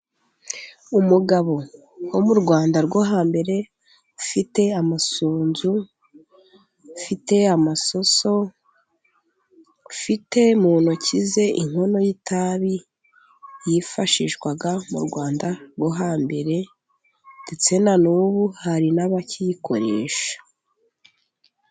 Umugabo wo mu Rwanda rwo hambere, ufite amasunzu, ufite amasoso, ufite mu ntoki ze inkono y'itabi yifashishwaga mu Rwanda rwo hambere, ndetse nanubu hari n'abakiyikoresha.